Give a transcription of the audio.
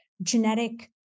genetic